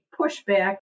pushback